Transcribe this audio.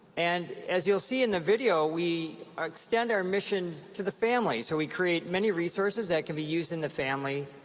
and as you'll see in the video, we extend our mission to the families who we create many resources that could be used in the family,